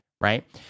right